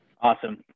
Awesome